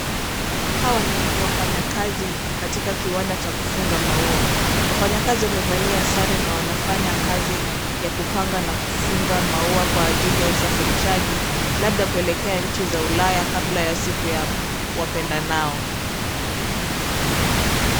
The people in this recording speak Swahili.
Hawa ni wafanyakazi katika kiwanda cha kufunga maua. Wafanyakazi wamevalia sare na wanafanya kazi ya kupanga na kufunga maua kwa ajili ya usafirishaji labda kuelekea nchi za ulaya kabla ya siku ya wapendayo.